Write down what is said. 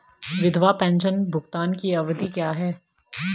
विधवा पेंशन भुगतान की अवधि क्या है?